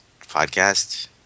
Podcast